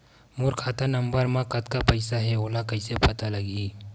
मोर खाता नंबर मा कतका पईसा हे ओला कइसे पता लगी?